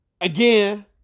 again